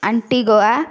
Antigua